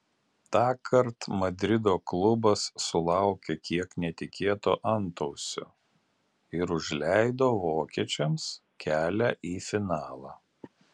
tąkart madrido klubas sulaukė kiek netikėto antausio ir užleido vokiečiams kelią į finalą